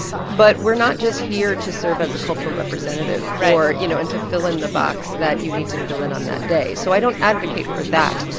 but we're not just here to serve as a cultural representative. right. for you know, and to fill in the box that you need to fill in on that day. so i don't advocate for that.